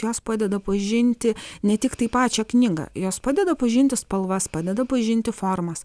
jos padeda pažinti ne tiktai pačią knygą jos padeda pažinti spalvas padeda pažinti formas